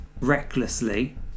recklessly